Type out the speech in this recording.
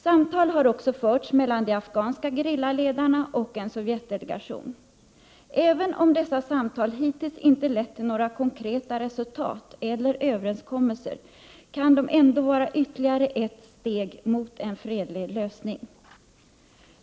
Samtal har också förts mellan de afghanska gerillaledarna och en Sovjetdelegation. Även om dessa samtal hittills inte lett till några konkreta resultat eller överenskommelser, kan de ändå vara ytterligare ett steg mot en fredlig lösning.